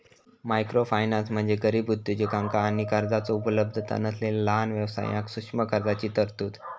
microfinance म्हणजे गरीब उद्योजकांका आणि कर्जाचो उपलब्धता नसलेला लहान व्यवसायांक सूक्ष्म कर्जाची तरतूद